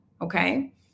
Okay